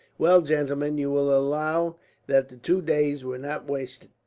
well, gentlemen, you will allow that the two days were not wasted.